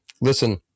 listen